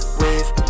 wave